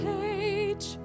page